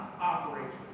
operates